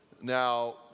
Now